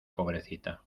pobrecita